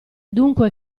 dunque